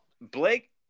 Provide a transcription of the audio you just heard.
Blake